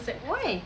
why